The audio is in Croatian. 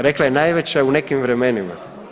Rekla je najveća je u nekim vremenima.